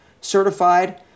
certified